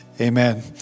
Amen